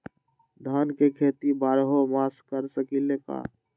धान के खेती बारहों मास कर सकीले का?